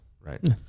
right